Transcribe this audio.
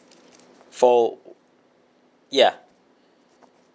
four ya